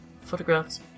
photographs